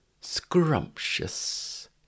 Scrumptious